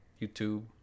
youtube